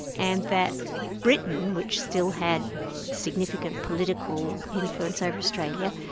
and that britain, which still had significant political influence over australia,